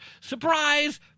Surprise